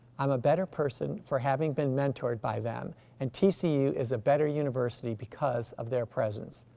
i'm a better person for having been mentored by them and tcu is a better university because of their presence.